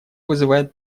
вызывает